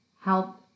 help